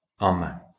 Amen